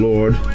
Lord